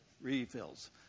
refills